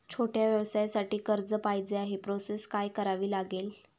छोट्या व्यवसायासाठी कर्ज पाहिजे आहे प्रोसेस काय करावी लागेल?